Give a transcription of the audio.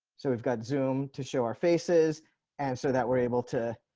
so we've got zoom to show our faces and so that we're able to,